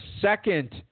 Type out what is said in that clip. second